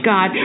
God